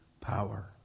power